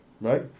right